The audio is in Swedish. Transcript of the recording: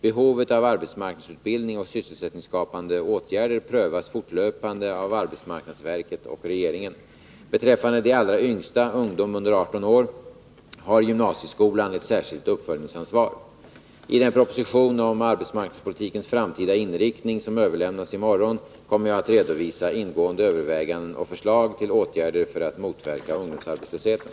Behovet av arbetsmarknadsutbildning och sysselsättningsskapande åtgärder prövas fortlöpande av arbetsmarknadsverket och regeringen. Beträffande de allra yngsta — ungdom under 18 år — har gymnasieskolan ett särskilt uppföljningsansvar. I den proposition om arbetsmarknadspolitikens framtida inriktning som överlämnas i morgon kommer jag att redovisa ingående överväganden och förslag till åtgärder för att motverka ungdomsarbetslösheten.